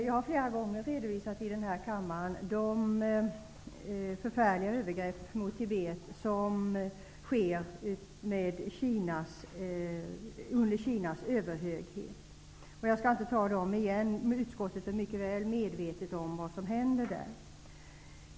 Jag har flera gånger här i kammaren redovisat de förfärliga övergrepp mot Tibet som sker under Kinas överhöghet. Jag skall inte ta upp dem igen, men utskottet är mycket väl medvetet om vad som händer där.